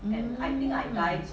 mm